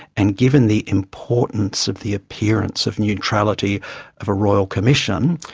and given the importance of the appearance of neutrality of a royal commission,